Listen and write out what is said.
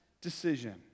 decision